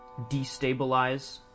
Destabilize